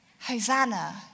Hosanna